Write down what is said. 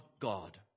God